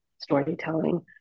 storytelling